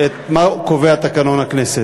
מה את מבקשת?